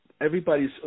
everybody's